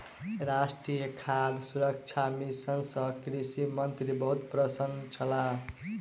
राष्ट्रीय खाद्य सुरक्षा मिशन सँ कृषि मंत्री बहुत प्रसन्न छलाह